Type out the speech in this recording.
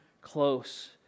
close